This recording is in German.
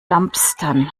dumpstern